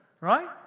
Right